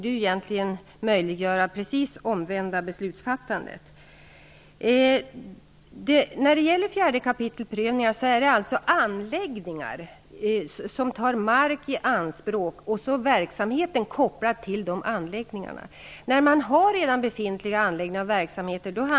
Det borde egentligen möjliggöra det omvända beslutsfattandet. naturresurslagen är inte tillämplig för redan befintliga anläggningar och verksamheter.